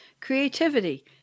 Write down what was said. Creativity